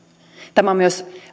tämä on myös